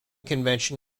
convention